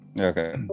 Okay